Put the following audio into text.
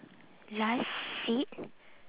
last seat